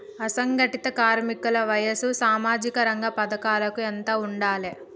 అసంఘటిత కార్మికుల వయసు సామాజిక రంగ పథకాలకు ఎంత ఉండాలే?